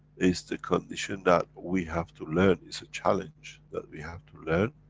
it's the condition that we have to learn it's a challenge, that we have to learn,